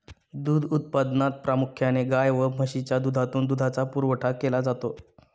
दूध उत्पादनात प्रामुख्याने गाय व म्हशीच्या दुधातून दुधाचा पुरवठा केला जातो